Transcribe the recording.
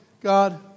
God